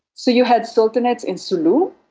so you had sultanates in sulu.